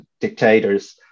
dictators